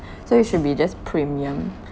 so it should be just premium